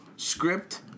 Script